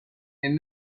and